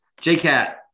J-Cat